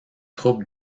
troupes